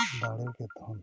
ᱫᱟᱲᱮ ᱜᱮ ᱫᱷᱚᱱ